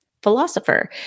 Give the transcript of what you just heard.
philosopher